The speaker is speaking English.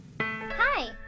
hi